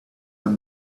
have